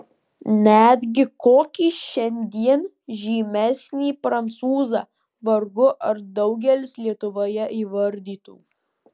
netgi kokį šiandien žymesnį prancūzą vargu ar daugelis lietuvoje įvardytų